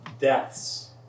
deaths